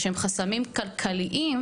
שהם חסמים כלכליים,